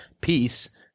peace